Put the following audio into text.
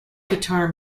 guitar